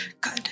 good